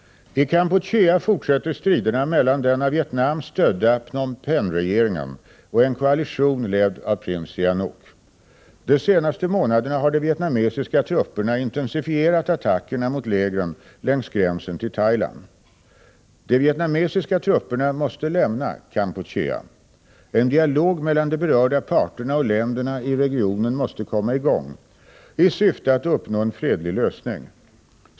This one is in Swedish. I Kampuchea fortsätter striderna mellan den av Vietnam stödda Phnom Penh-regeringen och en koalition ledd av prins Sihanouk. De senaste månaderna har de vietnamesiska trupperna intensifierat attackerna mot lägren längs gränsen till Thailand. De vietnamesiska trupperna måste lämna Kampuchea. En dialog mellan de berörda parterna och länderna i regionen måste komma i gång i syfte att uppnå en fredlig lösning.